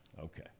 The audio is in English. Okay